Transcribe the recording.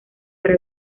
para